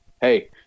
Hey